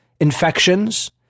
infections